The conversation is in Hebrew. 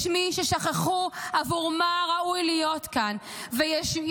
יש מי ששכחו עבור מה ראוי להיות כאן ויש